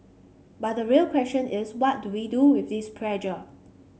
but the real question is what do we do with this pressure